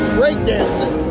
breakdancing